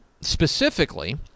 Specifically